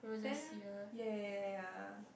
then ya ya ya ya